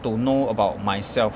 to know about myself